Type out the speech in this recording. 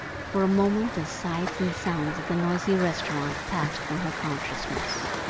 for a moment the sights and sounds of the noisy restaurant passed from her consciousness.